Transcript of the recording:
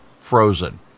frozen